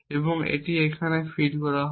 এবং এটিকে এখানে ফিড করা হয়